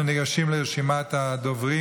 אנחנו ניגשים לרשימת הדוברים.